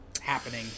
happening